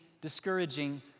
discouraging